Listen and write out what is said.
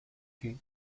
que